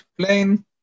plain